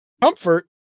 comfort